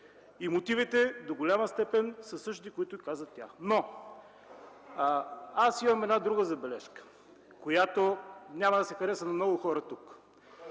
е. Мотивите, до голяма степен са същите, както каза тя. Аз имам една друга забележка, която няма да се хареса на много хора тук.